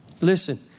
Listen